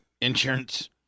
Insurance